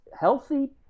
Healthy